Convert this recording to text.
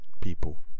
people